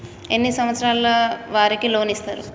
ఎన్ని సంవత్సరాల వారికి లోన్ ఇస్తరు?